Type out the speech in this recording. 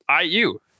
IU